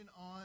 on